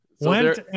went